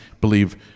believe